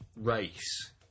race